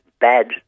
bad